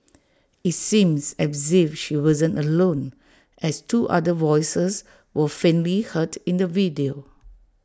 IT seems as if she wasn't alone as two other voices were faintly heard in the video